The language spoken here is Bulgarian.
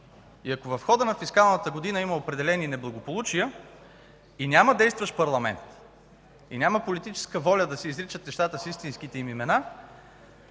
Ако в хода на фискалната година е имало определени неблагополучия и няма действащ парламент и няма политическа воля да се изричат нещата с истинските им имена,